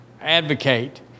advocate